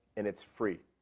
and it is free.